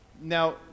Now